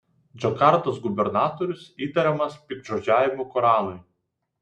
džakartos gubernatorius įtariamas piktžodžiavimu koranui